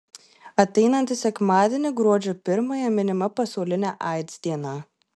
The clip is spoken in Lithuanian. ateinantį sekmadienį gruodžio pirmąją minima pasaulinė aids diena